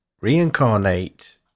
reincarnate